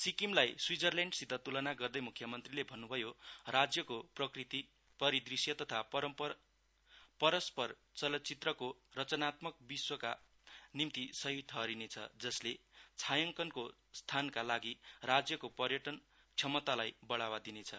सिक्किमलाई स्वीटजरल्याण्डसित तुलना गर्दै मुख्यमन्त्रीले भन्नुभयो राज्यको प्रकृति परिदृश्य तथा परम्परा चलचित्रको रनचात्मक विश्वका निम्ति सहि ठहरिने छ जसले छायङ्कनको स्थानका लागि राज्यको पर्यटन क्षमतालाई बढ़ावा दिनेछ